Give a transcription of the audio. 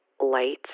light